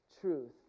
truth